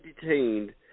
detained